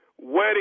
Wedding